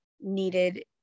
needed